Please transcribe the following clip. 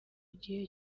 gihe